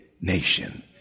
nation